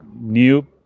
new